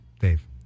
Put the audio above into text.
Dave